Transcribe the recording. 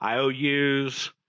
IOUs